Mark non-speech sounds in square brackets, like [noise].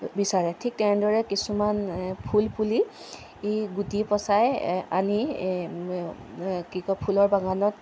বিচাৰে ঠিক তেনেদৰে কিছুমান ফুল ফুলি ই গুটি পচাই আনি [unintelligible] কি কয় ফুলৰ বাগানত